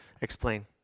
explain